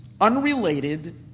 unrelated